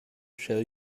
shall